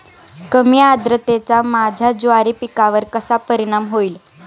कमी आर्द्रतेचा माझ्या ज्वारी पिकावर कसा परिणाम होईल?